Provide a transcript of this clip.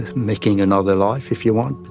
and making another life, if you want,